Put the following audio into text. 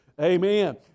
Amen